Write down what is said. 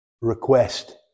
request